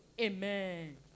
Amen